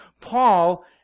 Paul